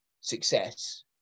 success